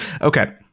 Okay